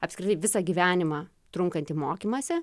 apskritai visą gyvenimą trunkantį mokymąsi